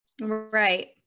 Right